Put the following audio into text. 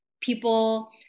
people